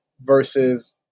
versus